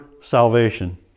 salvation